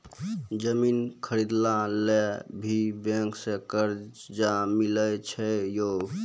जमीन खरीदे ला भी बैंक से कर्जा मिले छै यो?